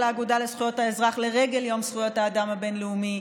האגודה לזכויות האזרח לרגל יום זכויות האדם הבין-לאומי.